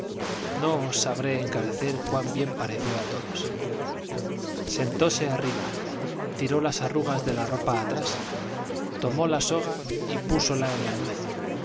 no os sabré encarecer cuán bien pareció a todos sentóse arriba tiró las arrugas de la ropa atrás tomó la soga y púsola en la nuez